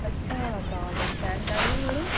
अच्छा तां बड़ी शैल गल्ल ऐ मड़ो